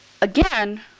Again